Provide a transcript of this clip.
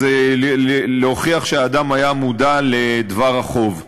להוכיח שהאדם היה מודע לדבר החוב.